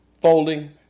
folding